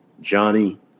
Johnny